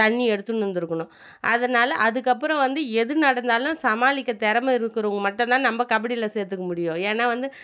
தண்ணி எடுத்துன்னு வந்திருக்குணும் அதனால் அதுக்கு அப்புறம் வந்து எது நடந்தாலும் சமாளிக்க திறம இருக்கிறவங்க மட்டும்தான் நம்ம கபடியில் சேர்த்துக்க முடியும் ஏன்னால் வந்து